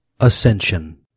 Ascension